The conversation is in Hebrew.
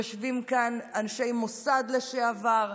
יושבים כאן אנשי מוסד לשעבר,